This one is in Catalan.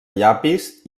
llapis